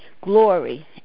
glory